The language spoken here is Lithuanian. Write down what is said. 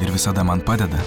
ir visada man padeda